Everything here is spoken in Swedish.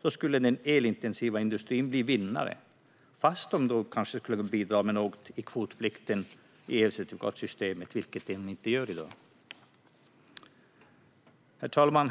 bättre skulle den elintensiva industrin bli vinnare, fast den kanske skulle bidra något till kvotplikten i elcertifikatssystemet, vilket den inte gör i dag. Herr talman!